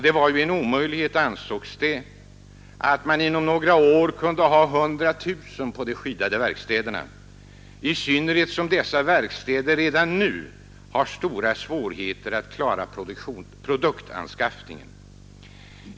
Det var en omöjlighet, ansågs det, att man inom några år kunde ha hundratusen på de skyddade verkstäderna, i synnerhet som dessa verkstäder redan nu har stora svårigheter att klara produktanskaffningen.